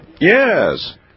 Yes